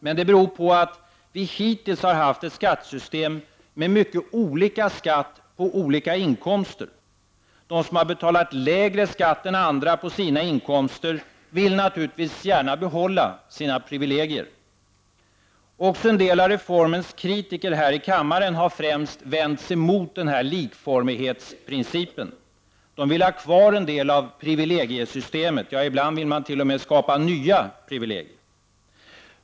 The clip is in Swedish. Men det beror på att vi hittills har haft ett skattesystem med mycket olika skatt på olika inkomster. De som har betalat lägre skatt än andra på sina inkomster vill naturligtvis gärna behålla sina privilegier. Också en del av reformens kritiker här i kammaren har främst vänt sig mot denna likformighetsprincip. De vill ha kvar en del av privilegiesystemet, ja, ibland vill man t.o.m. skapa nya privilegier.